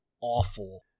awful